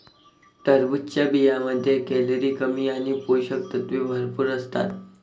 टरबूजच्या बियांमध्ये कॅलरी कमी आणि पोषक तत्वे भरपूर असतात